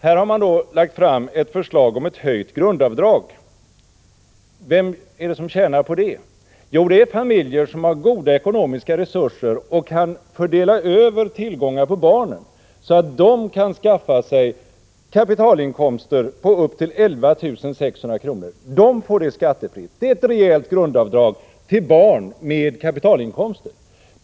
Här har man lagt fram förslag om ett höjt grundavdrag — vem är det som tjänar på det? Jo, det är familjer som har goda ekonomiska resurser och kan fördela över tillgångar på barnen, så att de kan skaffa sig kapitalinkomster på upp till 11 600 kr. — de får dem skattefritt. Det är ett rejält grundavdrag — till barn med kapitalinkomster!